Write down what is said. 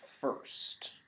first